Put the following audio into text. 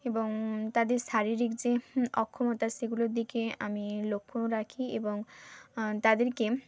এবং তাদের শারীরিক যে অক্ষমতা সেগুলোর দিকে আমি লক্ষ্য রাখি এবং তাদেরকে